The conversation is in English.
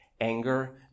anger